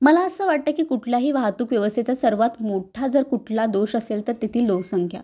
मला असं वाटतं आहे की कुठल्याही वाहतूक व्यवस्थेचा सर्वांत मोठा जर कुठला दोष असेल तर तेथील लोकसंख्या